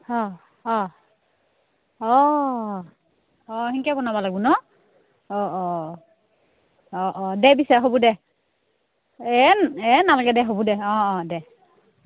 অঁ অঁ অঁ অঁ সেনকে বোনাব লাগব ন অঁ অঁ অঁ অঁ দে পিছে হ'ব দে এই এই নালাগে দে হ'ব দে অঁ অঁ দে